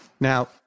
Now